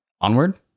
Onward